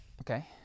Okay